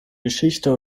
geschichte